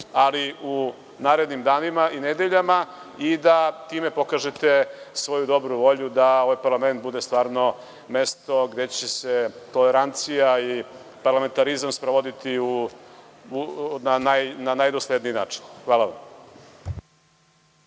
ali u narednim danima i nedeljama i da time pokažete svoju dobru volju da ovaj parlament bude stvarno mesto gde će se tolerancija i parlamentarizam sprovoditi na najdosledniji način. Hvala.